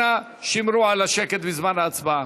אנא שמרו על השקט בזמן ההצבעה.